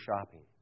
shopping